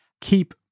keep